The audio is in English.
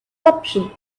option